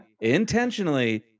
intentionally